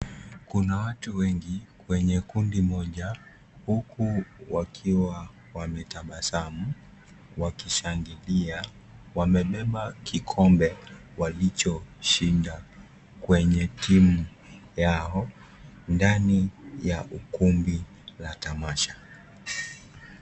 Kuna watu wengi kwenye kundi moja huku wakiwa wametabasamu wakishangilia, wamebeba kikombe walichoshinda kwenye timu yao ndani ya ukumbi wa tamasha.